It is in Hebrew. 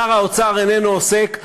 שר האוצר איננו עוסק,